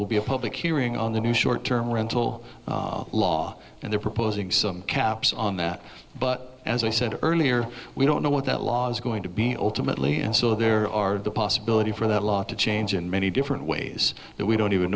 will be a public hearing on the new short term rental law and they're proposing some caps on that but as i said earlier we don't know what that law is going to be automatically and so there are the possibility for that law to change in many different ways that we don't even